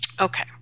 Okay